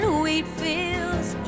wheatfields